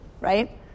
right